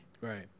Right